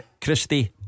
Christie